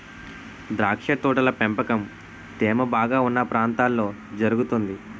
ద్రాక్ష తోటల పెంపకం తేమ బాగా ఉన్న ప్రాంతాల్లో జరుగుతుంది